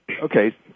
okay